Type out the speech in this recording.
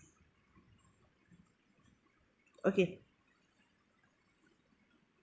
okay